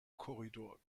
korridor